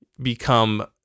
become